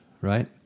right